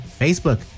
Facebook